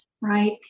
right